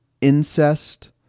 incest